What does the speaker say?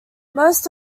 most